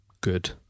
good